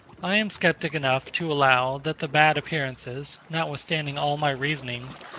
i am sceptic enough to allow, that the bad appearances, notwithstanding all my reasonings,